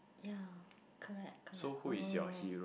ya correct correct orh